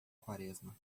quaresma